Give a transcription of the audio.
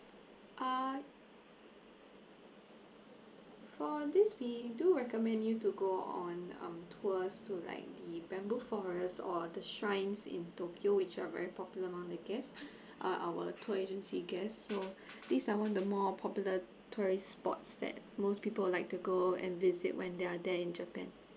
uh for this we do recommend you to go on um tours to like the bamboo forest or the shrines in tokyo which are very popular among the guests uh our tour agency guests so these are one the more popular tourist spots that most people would like to go and visit when they are there in japan